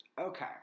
Okay